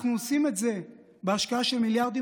אנחנו עושים את זה בהשקעה של מיליארדים